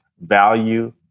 value